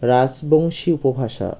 রাজবংশী উপভাষা